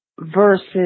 versus